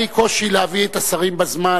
שהיה לי קושי להביא את השרים בזמן,